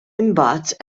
imbagħad